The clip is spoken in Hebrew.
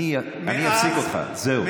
אני אפסיק אותך, זהו.